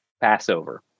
Passover